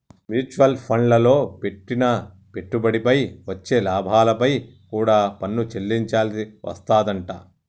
mutual ఫండ్లల్లో పెట్టిన పెట్టుబడిపై వచ్చే లాభాలపై కూడా పన్ను చెల్లించాల్సి వస్తాదంట